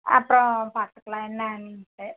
அப்புறம் பார்த்துக்கலாம் என்ன அப்படின்ட்டு